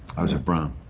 i was at brown.